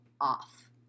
off